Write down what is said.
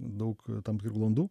daug tam tikrų landų